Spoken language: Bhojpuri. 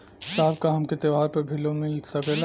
साहब का हमके त्योहार पर भी लों मिल सकेला?